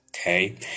okay